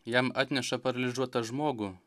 jam atneša paralyžiuotą žmogų